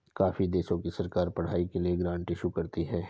काफी देशों की सरकार पढ़ाई के लिए ग्रांट इशू करती है